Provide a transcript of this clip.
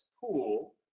pool